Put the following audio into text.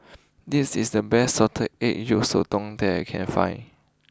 this is the best Salted Egg Yolk Sotong that I can find